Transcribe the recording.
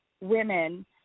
women